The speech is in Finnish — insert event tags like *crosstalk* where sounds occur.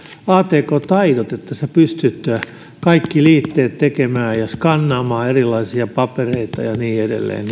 atk taidot että sinä pystyt kaikki liitteet tekemään ja skannaamaan erilaisia papereita ja niin edelleen *unintelligible*